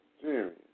Serious